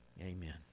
Amen